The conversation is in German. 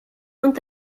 und